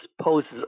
poses